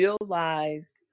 realized